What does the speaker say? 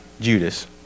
Judas